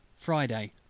friday,